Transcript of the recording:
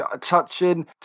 touching